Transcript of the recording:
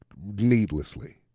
needlessly